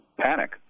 Panic